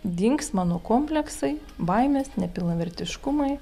dings mano kompleksai baimės nepilnavertiškumai